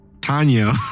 Tanya